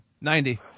Ninety